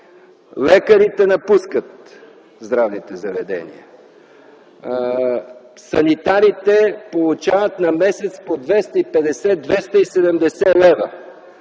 лекарите напускат здравните заведения, санитарите получават на месец по 250-270 лв.,